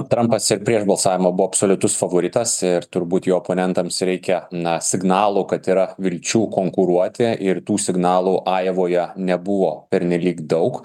atrankose prieš balsavimą buvo absoliutus favoritas ir turbūt jo oponentams reikia na signalų kad yra vilčių konkuruoti ir tų signalų ajovoje nebuvo pernelyg daug